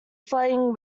flooding